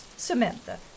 Samantha